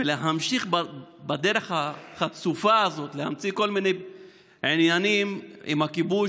ולהמשיך בדרך החצופה הזאת להמציא כל מיני עניינים עם הכיבוש,